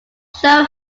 show